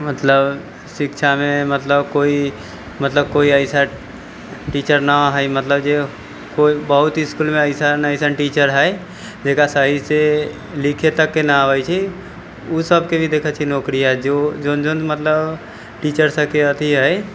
मतलब शिक्षामे मतलब केओ मतलब केओ ऐसा टीचर नहि हइ मतलब जे केओ बहुत ही इसकुलमे अइसन अइसन टीचर हइ जेकरा सही से लिखे तक नहि अबैत छै ओ सबके जे देखैत छियै नौकरी जे जौन जौन मतलब टीचर सबके अथी हइ